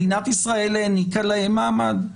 מדינת ישראל העניקה להם מעמד.